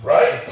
Right